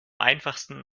einfachsten